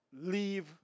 leave